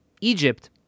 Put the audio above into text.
Egypt